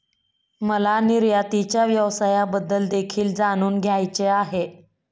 मला निर्यातीच्या व्यवसायाबद्दल देखील जाणून घ्यायचे आहे